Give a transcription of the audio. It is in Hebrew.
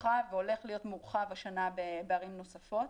הורחב והולך להיות מורחב השנה בערים נוספות,